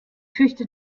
fürchte